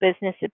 business